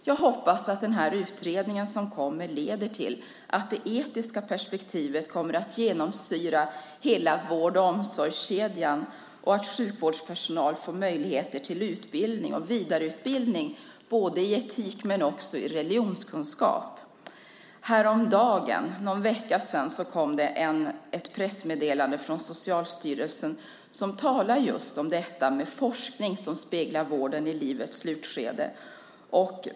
Jag hoppas att denna utredning leder till att det etiska perspektivet kommer att genomsyra hela vård och omsorgskedjan och att sjukvårdspersonal får möjlighet till utbildning och vidareutbildning i etik men också i religionskunskap. Häromdagen, för någon vecka sedan, kom det ett pressmeddelande från Socialstyrelsen som handlade just om detta med forskning som speglar vården i livets slutskede.